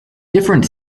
different